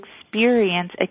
experience